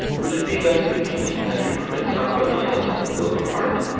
would it be less convenient than to permit somebody else to fill the part?